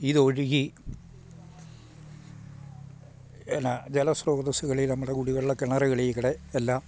ഇതൊഴുകി എന്ന ജലശ്രോതസ്സുകളിൽ നമ്മുടെ കുടിവെള്ള കിണറുകളിൽക്കൂടി എല്ലാം